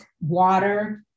water